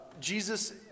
Jesus